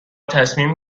تصمیم